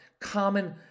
common